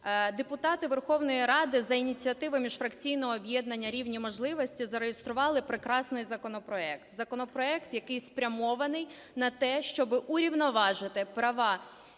депутати Верховної Ради, за ініціативи міжфракційного об'єднання "Рівні можливості", зареєстрували прекрасний законопроект. Законопроект, який спрямований на те, щоб урівноважити права